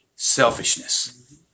selfishness